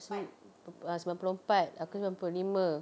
sem~ ah sembilan puluh empat aku sembilan puluh lima